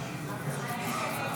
נתקבלה.